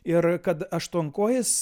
ir kad aštuonkojis